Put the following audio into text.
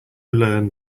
learn